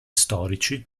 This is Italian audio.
storici